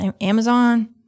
Amazon